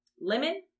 Lemon